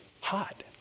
Hot